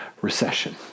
recession